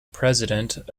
president